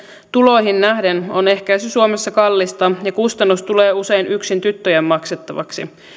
tuloihin nähden on ehkäisy suomessa kallista ja kustannus tulee usein yksin tyttöjen maksettavaksi